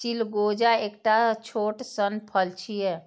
चिलगोजा एकटा छोट सन फल छियै